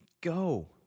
go